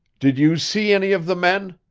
did you see any of the men?